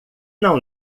não